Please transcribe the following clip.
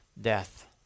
death